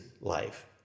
life